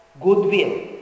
goodwill